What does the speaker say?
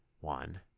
One